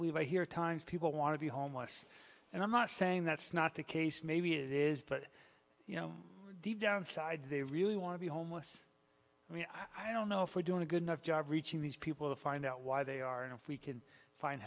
leave here times people want to be homeless and i'm not saying that's not the case maybe it is but you know deep down inside they really want to be homeless i mean i don't know if we're doing a good enough job reaching these people to find out why they are and if we can find